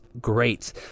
great